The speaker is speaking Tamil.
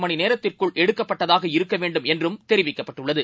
மணிநேரத்திற்குள் எடுக்கப்பட்டதாக அந்தபரிசோதனை இருக்கவேண்டும் என்றும் தெரிவிக்கப்பட்டுள்ளது